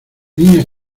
niña